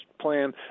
plan